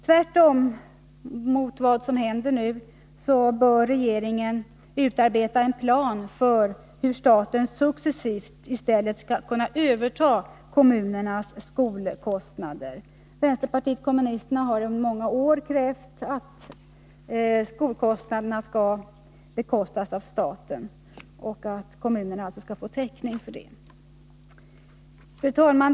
Tvärtemot vad som händer nu bör regeringen utarbeta en plan för hur staten successivt i stället skall kunna överta kommunernas skolkostnader. Vänsterpartiet kommunisterna har under många år krävt att skolkostnaderna skall bäras av staten. Fru talman!